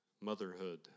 motherhood